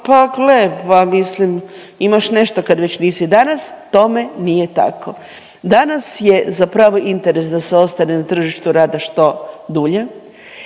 pa gle, pa mislim, imaš nešto kad već nisi, danas tome nije tako. Danas je zapravo interes da se ostane na tržištu rada što dulje,